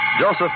Joseph